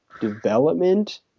development